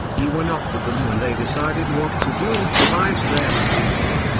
you were not with them when they decided what to do and devised their scheme.